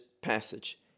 passage